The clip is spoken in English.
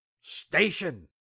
station